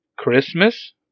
Christmas